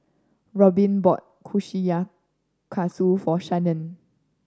Robbin bought Kushikatsu for Shannen